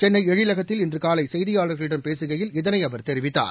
சென்னை எழிலகத்தில் இன்றுகாலைசெய்தியாளர்களிடம் பேசுகையில் இதனைஅவர் தெரிவித்தார்